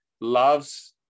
loves